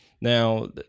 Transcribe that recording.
Now